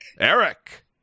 Eric